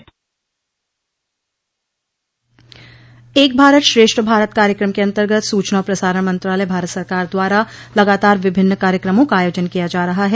एक भारत श्रेष्ठ भारत कार्यक्रम के अन्तर्गत सूचना और प्रसारण मंत्रालय भारत सरकार द्वारा लगातार विभिन्न कार्यक्रमों का आयोजन किया जा रहा है